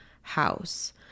house